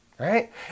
Right